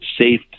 safe